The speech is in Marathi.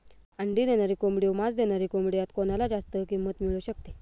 अंडी देणारी कोंबडी व मांस देणारी कोंबडी यात कोणाला जास्त किंमत मिळू शकते?